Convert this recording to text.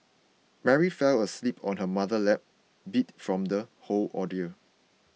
Mary fell asleep on her mother's lap beat from the whole ordeal